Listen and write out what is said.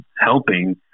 helping